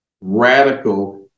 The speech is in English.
radical